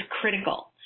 critical